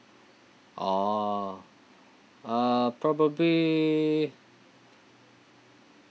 oh uh probably